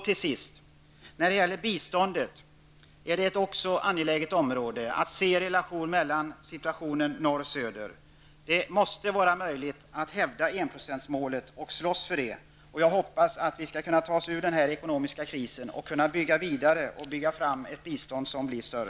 Till sist vill jag säga att biståndet också är ett angeläget område, dvs. att man ser relationen mellan norr och söder. Det måste vara möjligt att hävda enprocentsmålet och slåss för det. Jag hoppas att vi skall kunna ta oss ur den här ekonomiska krisen och bygga vidare för att få fram ett större bistånd.